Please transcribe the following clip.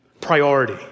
priority